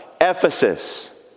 Ephesus